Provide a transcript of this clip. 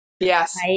Yes